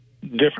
different